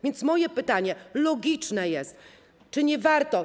Więc moje pytanie logiczne jest: Czy nie warto.